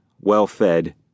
well-fed